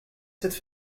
cette